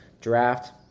draft